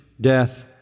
death